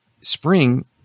Spring